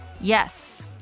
yes